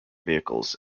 vehicles